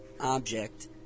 object